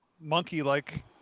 monkey-like